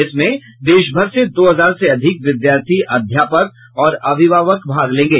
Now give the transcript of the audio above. इसमें देशभर से दो हजार से अधिक विद्यार्थी अध्यापक और अभिभावक भाग लेंगे